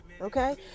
Okay